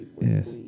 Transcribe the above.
Yes